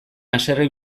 haserre